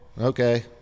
Okay